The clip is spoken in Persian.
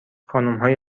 خانمهای